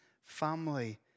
family